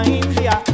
india